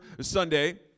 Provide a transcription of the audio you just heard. Sunday